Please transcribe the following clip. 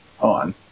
on